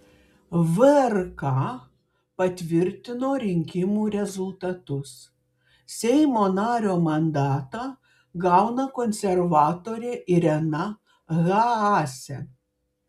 vrk patvirtino rinkimų rezultatus seimo nario mandatą gauna konservatorė irena haase